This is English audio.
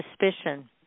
suspicion